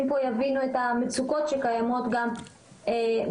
פה יבינו את המצוקות שקיימות גם בארגונים.